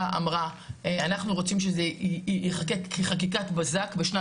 אמרה שהיא רוצה שזה ייחקק כחקיקת בזק,